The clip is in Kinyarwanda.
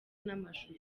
n’amashusho